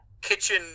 kitchen